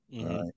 Right